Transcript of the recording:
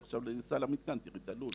עכשיו ניסע למתקן ואת תראי את הלול.